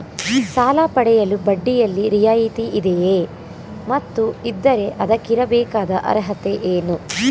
ಸಾಲ ಪಡೆಯಲು ಬಡ್ಡಿಯಲ್ಲಿ ರಿಯಾಯಿತಿ ಇದೆಯೇ ಮತ್ತು ಇದ್ದರೆ ಅದಕ್ಕಿರಬೇಕಾದ ಅರ್ಹತೆ ಏನು?